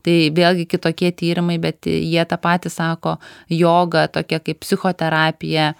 tai vėlgi kitokie tyrimai bet jie tą patį sako joga tokia kaip psichoterapija